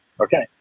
Okay